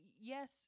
yes